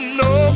no